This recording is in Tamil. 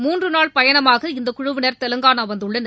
மூன்று நாள் பயணமாக இக்குழுவினர் தெலங்கானா வந்துள்ளனர்